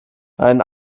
einen